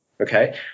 Okay